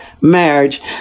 marriage